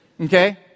Okay